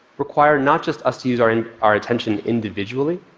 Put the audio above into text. require not just us to use our and our attention individually.